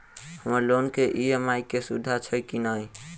हम्मर लोन केँ ई.एम.आई केँ सुविधा छैय की नै?